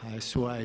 HSU-a.